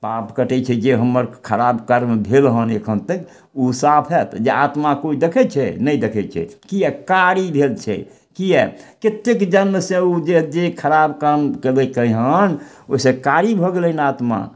पाप कटय छै जे हमर खराब कर्म भेल हन एखन तक उ साफ होयत जे आत्मा कोइ देखय छै नहि देखय छै किआ कारी भेल छै किआ कतेक जन्मसँ उ जे देह खराब काम कयलकै हन ओइसँ कारी भऽ गेलनि आत्मा